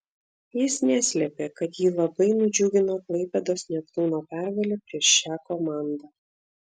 jis neslėpė kad jį labai nudžiugino klaipėdos neptūno pergalė prieš šią komandą